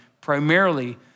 primarily